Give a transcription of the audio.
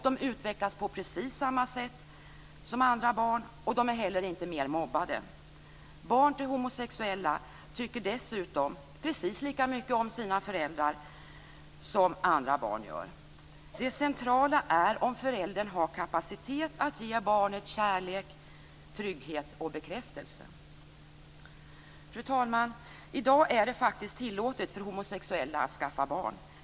De utvecklas på precis samma sätt som andra barn, och de är inte heller mer mobbade. Barn till homosexuella tycker dessutom precis lika mycket om sina föräldrar som andra barn gör. Det centrala är om föräldern har kapacitet att ge barnet kärlek, trygghet och bekräftelse. Fru talman! I dag är det faktiskt tillåtet för homosexuella att skaffa barn.